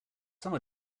some